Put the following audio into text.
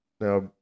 Now